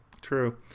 true